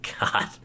god